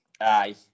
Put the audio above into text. Aye